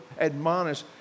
admonish